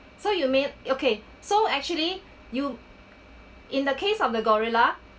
so you mean okay so actually you in the case of the gorilla